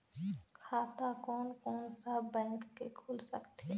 खाता कोन कोन सा बैंक के खुल सकथे?